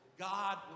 God